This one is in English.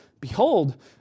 behold